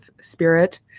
spirit